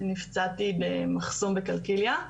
אני נפצעתי במחסום בקלקיליה.